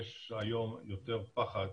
יש היום יותר פחד